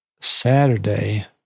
Saturday